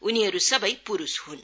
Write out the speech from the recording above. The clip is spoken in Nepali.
उनीहरू सबै पुरूष हुन्